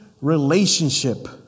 relationship